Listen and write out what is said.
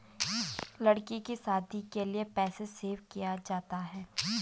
लड़की की शादी के लिए पैसे सेव किया जाता है